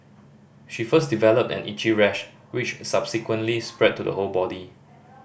she first developed an itchy rash which subsequently spread to the whole body